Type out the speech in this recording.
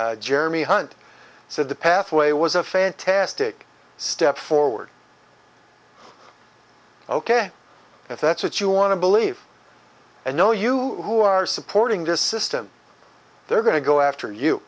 now jeremy hunt said the pathway was a fantastic step forward ok if that's what you want to believe and know you who are supporting this system they're going to go after you